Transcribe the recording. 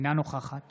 אינה נוכחת